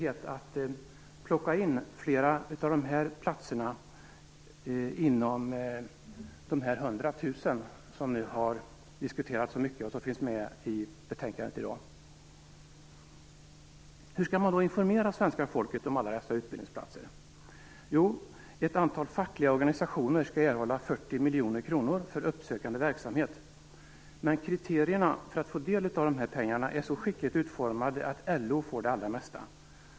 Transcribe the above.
100 000 som har diskuterats så mycket, och som finns med i betänkandet i dag? Hur skall man då informera svenska folket om alla dessa utbildningsplatser? Jo, ett antal fackliga organisationer skall erhålla 40 miljoner kronor för uppsökande verksamhet. Men kriterierna för att få del av dessa pengar är så skickligt utformade att LO får det allra mesta.